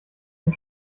dem